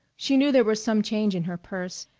she knew there was some change in her purse,